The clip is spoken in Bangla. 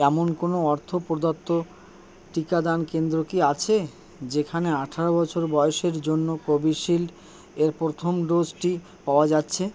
এমন কোনও অর্থ প্রদত্ত টিকাদান কেন্দ্র কি আছে যেখানে আঠেরো বছর বয়সের জন্য কোভিশিল্ড এর প্রথম ডোজটি পাওয়া যাচ্ছে